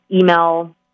email